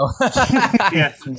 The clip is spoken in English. Yes